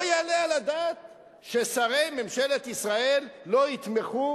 לא יעלה על הדעת ששרי ממשלת ישראל לא יתמכו